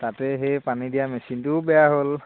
তাতে সেই পানী দিয়া মেচিনটোও বেয়া হ'ল